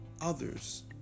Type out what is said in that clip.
others